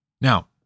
Now